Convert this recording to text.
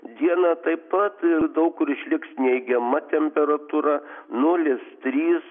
dieną taip pat daug kur išliks neigiama temperatūra nulis trys